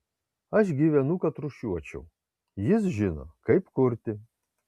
aš gyvenu kad rūšiuočiau jis žino kaip kurti